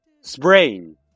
sprain